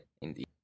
indeed